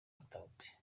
katauti